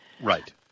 Right